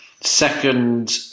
Second